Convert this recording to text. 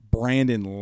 Brandon